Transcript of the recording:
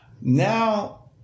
Now